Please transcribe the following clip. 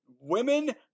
Women